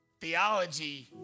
Theology